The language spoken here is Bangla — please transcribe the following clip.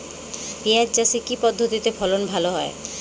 পিঁয়াজ চাষে কি পদ্ধতিতে ফলন ভালো হয়?